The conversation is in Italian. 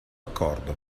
accordo